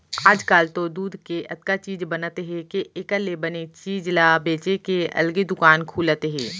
आजकाल तो दूद के अतका चीज बनत हे के एकर ले बने चीज ल बेचे के अलगे दुकान खुलत हे